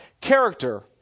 character